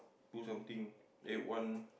do something eight one